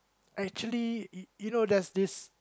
actually you you know there's this